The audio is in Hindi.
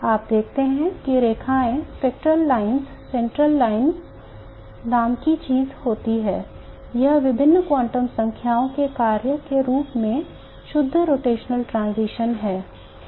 आप देखते हैं कि रेखाएँ spectral lines central line नाम की कोई चीज होती है यह विभिन्न क्वांटम संख्याओं के कार्य के रूप में शुद्ध रोटेशनल transition है